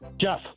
Jeff